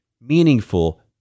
meaningful